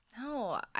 No